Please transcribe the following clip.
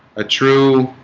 a true